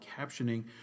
captioning